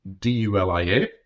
D-U-L-I-A